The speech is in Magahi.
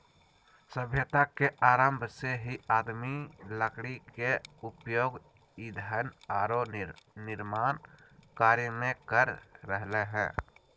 सभ्यता के आरंभ से ही आदमी लकड़ी के उपयोग ईंधन आरो निर्माण कार्य में कर रहले हें